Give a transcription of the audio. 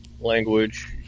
language